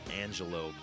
Angelo